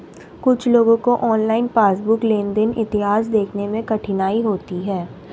कुछ लोगों को ऑनलाइन पासबुक लेनदेन इतिहास देखने में कठिनाई होती हैं